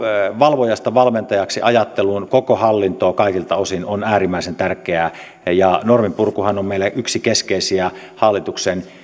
valvojasta valmentajaksi ajattelun koko hallintoon kaikilta osin on äärimmäisen tärkeää norminpurkuhan on meillä yksi keskeisiä hallituksen